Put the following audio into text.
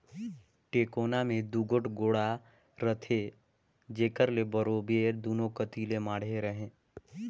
टेकोना मे दूगोट गोड़ा रहथे जेकर ले बरोबेर दूनो कती ले माढ़े रहें